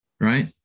Right